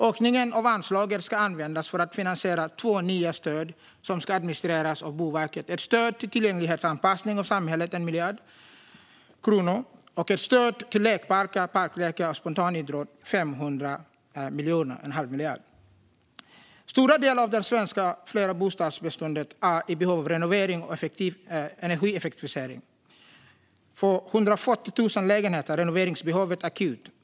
Ökningen av anslaget ska användas för att finansiera två nya stöd som ska administreras av Boverket: ett stöd på 1 miljard kronor till tillgänglighetsanpassning av samhället och ett stöd på 500 miljoner till lekparker, parklekar och spontanidrott. Stora delar av det svenska flerbostadsbeståndet är i behov av renovering och energieffektivisering. För 140 000 lägenheter är renoveringsbehovet akut.